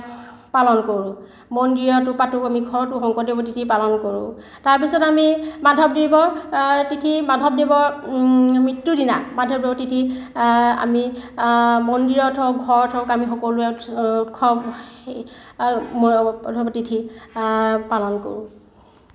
পালন কৰোঁ মন্দিৰতো পাতোঁ আমি ঘৰতো শংকৰদেৱৰ তিথি পালন কৰোঁ তাৰপিছত আমি মাধৱদেৱৰ তিথি মাধৱদেৱৰ মৃত্যুৰ দিনা মাধৱদেৱৰ তিথি আমি মন্দিৰত হওক ঘৰত হওক আমি সকলোৱে উৎসৱ মাধৱদেৱৰ তিথি পালন কৰোঁ